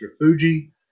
Fuji